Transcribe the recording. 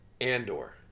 Andor